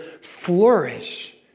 flourish